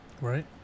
Right